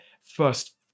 first